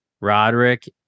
Roderick